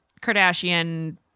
Kardashian